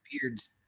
beards